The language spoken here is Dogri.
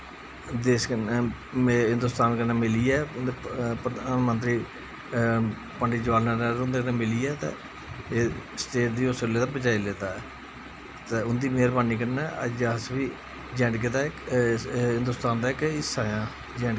हिन्दोस्तान कन्नै मिलियै प्रधानमैंतरी पंडित जवाह्र लाल नैह्रू नै मिलियै ते इस स्टेट गी उसले दा बचाई लेदा ते इं'दी मैह्रवानी कन्नै अज्ज अस बी जे ऐंड़ के हिन्दोस्तान दा हिस्सा आं